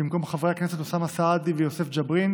במקום חברי הכנסת אוסאמה סעדי ויוסף ג'בארין